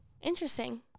Interesting